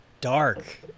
dark